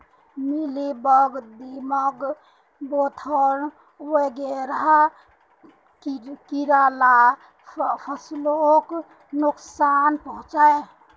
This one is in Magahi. मिलिबग, दीमक, बेधक वगैरह कीड़ा ला फस्लोक नुक्सान पहुंचाः